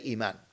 Iman